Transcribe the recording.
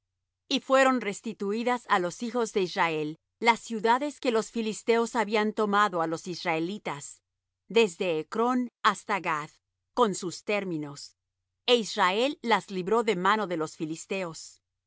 y fueron restituídas á los hijos de israel las ciudades que los filisteos habían tomado á los isrelitas desde ecrón hasta gath con sus términos é israel las libró de mano de